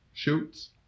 Shoots